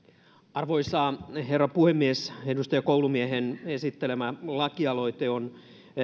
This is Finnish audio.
arvoisa herra puhemies edustaja koulumiehen esittelemä lakialoite on